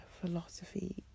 philosophy